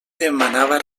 demanava